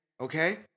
Okay